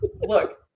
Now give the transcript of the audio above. look